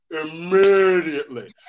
Immediately